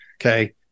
Okay